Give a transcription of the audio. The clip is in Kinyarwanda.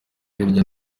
hirya